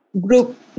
group